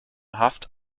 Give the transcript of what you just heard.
haft